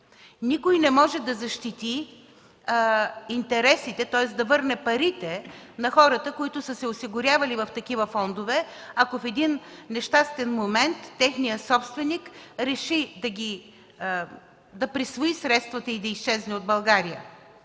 Никой не може да защити интересите, тоест да върне парите на хората, които са се осигурявали в такива фондове, ако в един нещастен момент техният собственик реши да присвои средствата и да изчезне от България.